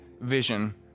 vision